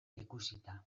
ikusita